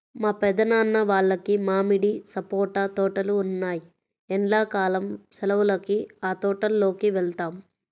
మా పెద్దనాన్న వాళ్లకి మామిడి, సపోటా తోటలు ఉన్నాయ్, ఎండ్లా కాలం సెలవులకి ఆ తోటల్లోకి వెళ్తాం